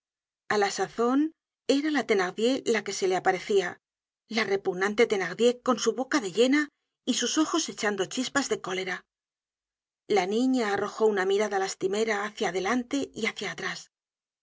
a la sazon era la thenardier la que se le aparecia la repugnante thenardier con su boca de hiena y sus ojos echando chispas de cólera la niña arrojó una mirada lastimera hácia adelante y hácia atrás